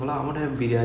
எவ்ளோ:evlo amount biryani